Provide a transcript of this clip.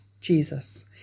Jesus